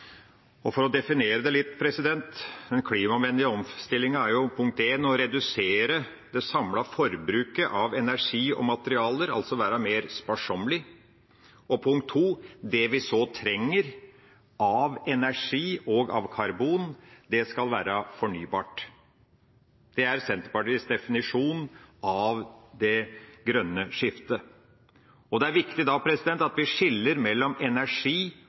For å definere det litt: Den klimavennlige omstillinga er for det første å redusere det samlede forbruket av energi og materialer, altså å være mer sparsommelig. For det andre: Det vi så trenger av energi og karbon, skal være fornybart. Det er Senterpartiets definisjon av det grønne skiftet. Det er da viktig at vi skiller mellom energi